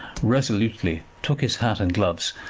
resolutely took his hat and gloves,